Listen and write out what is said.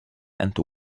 and